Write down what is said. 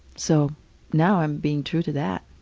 so now i'm being true to that.